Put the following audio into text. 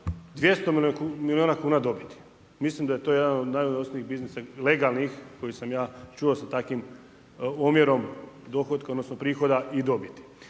200 milijuna kn dobiti. Mislim da je to jedno od najunosnijih biznisa legalnih, koji sam ja čuo sa takvim omjerom dohotka, odnosno, prihoda i dobiti.